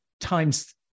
times